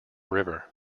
river